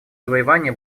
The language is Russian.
завоевания